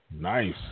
Nice